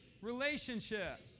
relationship